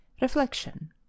Reflection